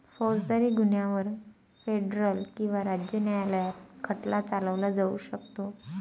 फौजदारी गुन्ह्यांवर फेडरल किंवा राज्य न्यायालयात खटला चालवला जाऊ शकतो